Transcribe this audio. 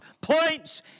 points